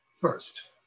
first